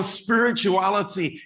spirituality